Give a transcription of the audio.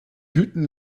hüten